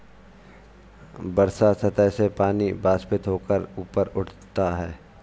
वर्षा सतह से पानी वाष्पित होकर ऊपर उठता है